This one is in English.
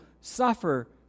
suffer